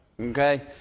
okay